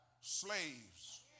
slaves